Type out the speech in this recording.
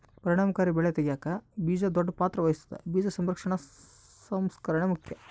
ಪರಿಣಾಮಕಾರಿ ಬೆಳೆ ತೆಗ್ಯಾಕ ಬೀಜ ದೊಡ್ಡ ಪಾತ್ರ ವಹಿಸ್ತದ ಬೀಜ ಸಂರಕ್ಷಣೆ ಸಂಸ್ಕರಣೆ ಮುಖ್ಯ